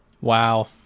Wow